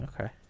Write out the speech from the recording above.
Okay